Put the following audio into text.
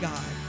God